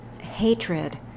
hatred